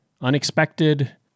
unexpected